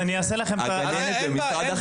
הגננת זה משרד החינוך.